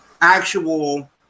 actual